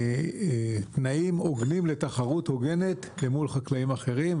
תנאים הוגנים לתחרות הוגנת למול חקלאים אחרים.